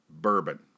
bourbon